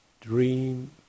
dream